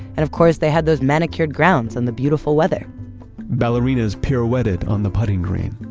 and of course, they had those manicured grounds and the beautiful weather ballerinas pirouetted on the putting green,